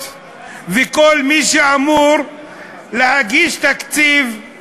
מ-2009 עד היום התקציב הפך להיות